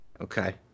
Okay